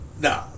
No